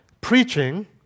Preaching